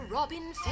Robin